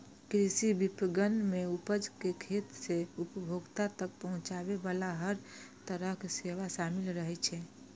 कृषि विपणन मे उपज कें खेत सं उपभोक्ता तक पहुंचाबे बला हर तरहक सेवा शामिल रहै छै